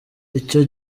icyo